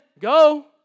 Go